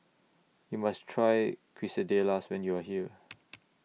YOU must Try Quesadillas when YOU Are here